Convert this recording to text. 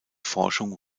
forschung